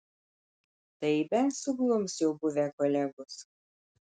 tai bent suglums jo buvę kolegos